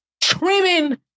Trimming